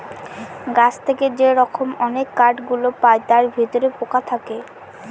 গাছ থেকে যে রকম অনেক কাঠ গুলো পায় তার ভিতরে পোকা থাকে